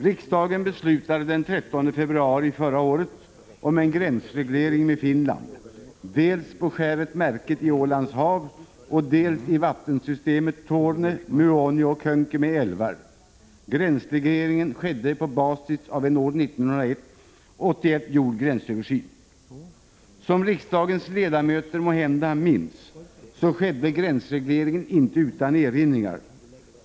Riksdagen beslutade den 13 februari förra året om en gränsreglering med Finland dels på skäret Märket i Ålands hav, dels i vattensystemet Torne, Muonio och Könkämä älvar. Gränsregleringen skedde på basis av en 1981 gjord gränsöversyn. Som riksdagens ledamöter måhända minns skedde gränsregleringen inte utan erinringar.